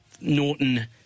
Norton